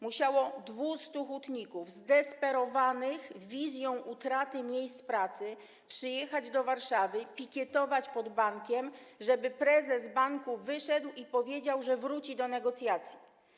Musiało 200 hutników zdesperowanych wizją utraty miejsc pracy przyjechać do Warszawy, pikietować pod bankiem, żeby prezes banku wyszedł i powiedział, że wróci do negocjacji.